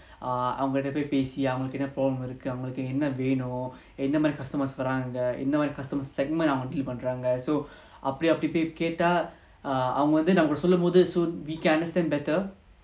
அவங்ககிட்டபொய்பேசிஅவங்ககிட்டஎன்னவேணும்எந்தமாதிரி:avangakita poi pesi avangakita enna venum endha madhiri customers வராங்கஎந்தமாதிரி:varanga endha madhiri customer பண்றங்க:panranga so அப்டிஅப்டிபொய்கேட்டாஅவங்கநம்மகிட்டசொல்லும்போது:apdi apdi poi keta avanga nammakita sollumpothu so we can understand better